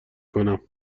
کنم